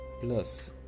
plus